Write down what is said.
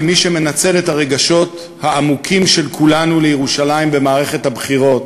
כי מי שמנצל את הרגשות העמוקים של כולנו לירושלים במערכת הבחירות,